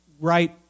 right